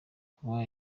kuba